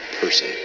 person